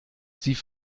sie